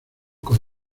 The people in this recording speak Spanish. con